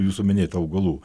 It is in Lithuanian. jūsų minėta augalų